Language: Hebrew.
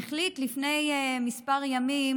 החליט לפני כמה ימים